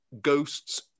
ghosts